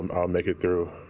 um i'll make it through.